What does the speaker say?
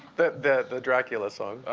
the the dracula song.